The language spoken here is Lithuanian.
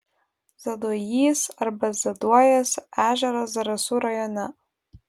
zaduojys arba zaduojas ežeras zarasų rajone